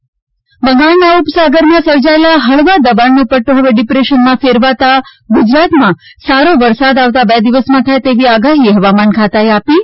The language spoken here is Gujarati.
ૈ બંગાળના ઉપસાગરમાં સર્જાયેલ હળવા દબાણ નોપદ્દો હવે ડિપ્રેશનમાં ફેરવાતાં ગુજરાતમાં સારો વરસાદ આવતા બે દિવસમાં થાય તેવી આગાહી હવામાન ખાતાએ આપી છે